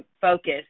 focus